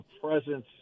presence